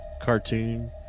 cartoon